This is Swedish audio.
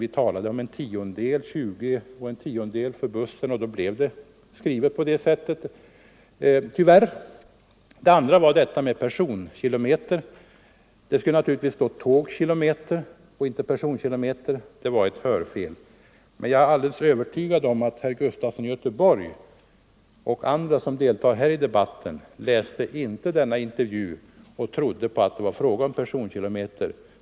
Vi talade om 20 kronor per tågkilometer och om en tiondel av detta för bussen. Det andra felet var uttrycket personkilometer, det skulle naturligtvis vara tågkilometer i stället. Men jag är övertygad om att herr Gustafson i Göteborg och andra som deltar i denna debatt och som läste intervjun inte trodde att det var fråga om personkilometer.